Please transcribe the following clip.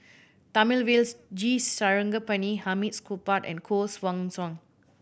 Thamizhavel G Sarangapani Hamid Supaat and Koh Guan Song